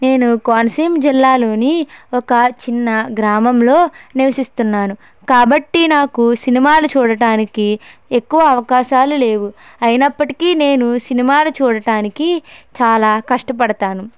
నేను కోనసీమ జిల్లాలోని ఒక చిన్న గ్రామంలో నివసిస్తున్నాను కాబట్టి నాకు సినిమాలు చూడటానికి ఎక్కువ అవకాశాలు లేవు అయినప్పటికీ నేను సినిమాలు చూడటానికి చాలా కష్టపడతాను